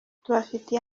tubafitiye